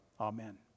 Amen